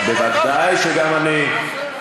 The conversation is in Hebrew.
ודאי שגם אני.